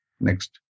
Next